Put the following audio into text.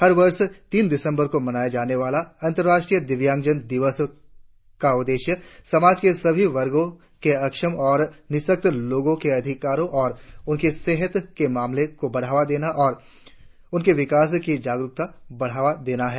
हर वर्ष तीन दिसंबर को मनाए जाने वाले अंतर्राष्ट्रीय दिव्यांगजन दिवस का उद्देश्य समाज के सभी वर्गों के अक्षम और निःशक्त लोगों के अधिकारों और उनकी सेहत के मामले को बढ़ावा देना और उनके विकास की जागरुकता बढ़ाना भी है